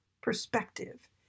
perspective